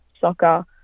soccer